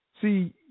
See